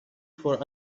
for